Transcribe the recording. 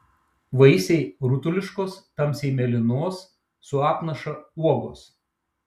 vaisiai rutuliškos tamsiai mėlynos su apnaša uogos